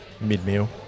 Mid-meal